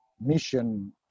mission